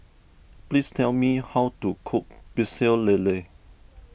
please tell me how to cook Pecel Lele